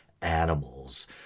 animals